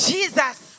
Jesus